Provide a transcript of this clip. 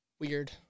weird